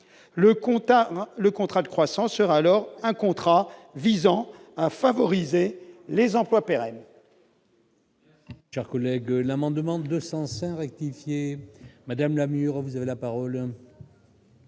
le contrat de croissance sera alors un contrat visant à favoriser les emplois pérennes.